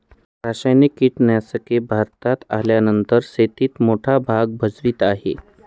रासायनिक कीटनाशके भारतात आल्यानंतर शेतीत मोठा भाग भजवीत आहे